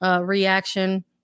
reaction